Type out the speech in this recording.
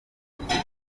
icyo